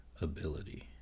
ability